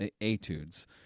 etudes